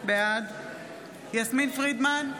בעד יסמין פרידמן,